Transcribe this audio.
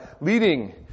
leading